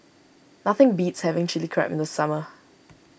nothing beats having Chili Crab in the summer